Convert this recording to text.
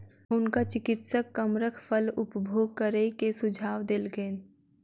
हुनका चिकित्सक कमरख फल उपभोग करै के सुझाव देलकैन